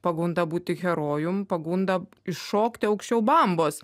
pagunda būti herojum pagunda iššokti aukščiau bambos